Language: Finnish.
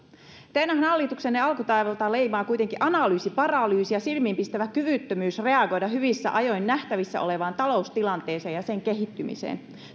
teidän hallituksenne alkutaivalta leimaa kuitenkin analyysiparalyysi ja silmiinpistävä kyvyttömyys reagoida hyvissä ajoin nähtävissä olevaan taloustilanteeseen ja sen kehittymiseen